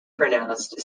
pronounced